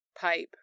pipe